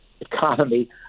economy